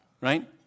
Right